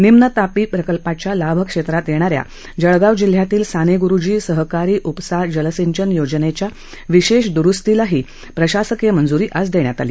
निम्न तापी प्रकल्पाच्या लाभक्षेत्रात येणाऱ्या जळगाव जिल्ह्यातील साने ग्रूजी सहकारी उपसा जल सिंचन योजनेच्या विशेष द्रूस्तीला प्रशासकीय मंजूरी देण्यात आली